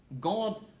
God